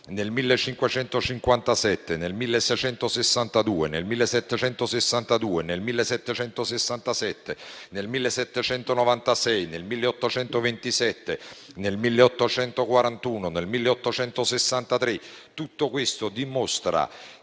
nel 1557, nel 1662, nel 1762, nel 1767, nel 1796, nel 1827, nel 1841 e nel 1863. Tutto questo dimostra